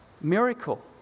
miracle